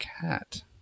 cat